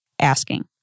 asking